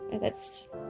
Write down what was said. thats